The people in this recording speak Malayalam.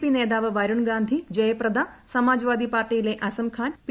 പി നേതാവ് വരുൺഗാന്ധി ജയപ്രദ സമാജ് വാദി പാർട്ടിയിലെ അസംഖാൻ പി